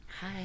Hi